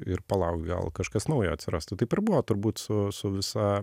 ir palaukt gal kažkas naujo atsirastų taip ir buvo turbūt su su visa